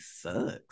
sucks